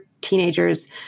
teenagers